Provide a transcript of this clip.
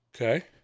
Okay